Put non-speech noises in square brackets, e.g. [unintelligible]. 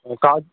[unintelligible]